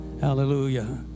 hallelujah